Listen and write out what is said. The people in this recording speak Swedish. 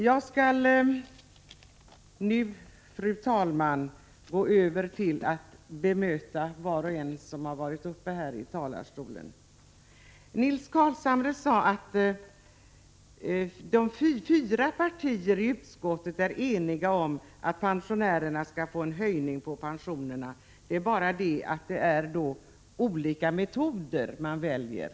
Jag skall nu, fru talman, gå över till att bemöta var och en som varit uppe här i talarstolen. Nils Carlshamre sade att de fyra partierna i utskottet är eniga om att pensionärerna skall få en höjning av pensionerna men att det bara är olika metoder som man väljer.